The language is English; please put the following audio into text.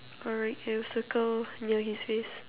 alright we'll circle near his face